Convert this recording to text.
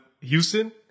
Houston